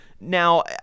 Now